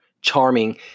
charming